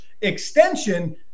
extension